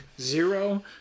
Zero